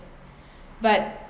but